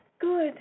Good